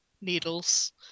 needles